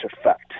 effect